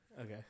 Okay